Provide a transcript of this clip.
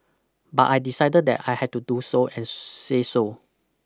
but I decided that I had to do so and say so